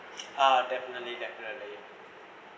ah definitely definitely